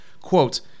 quote